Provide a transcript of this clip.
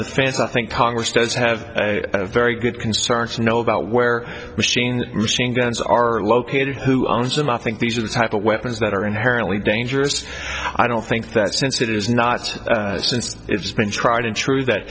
of the fans i think congress does have a very good concern to know about where machine guns are located who owns them i think these are the type of weapons that are inherently dangerous i don't think that since it is not since it's been tried and true that